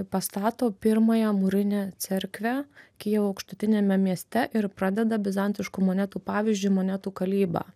pastato pirmąją mūrinę cerkvę kijevo aukštutiniame mieste ir pradeda bizantiškų monetų pavyzdžiui monetų kalybą